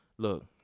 Look